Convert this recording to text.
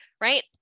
right